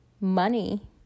money